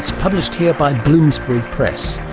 published here by bloomsbury press.